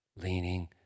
leaning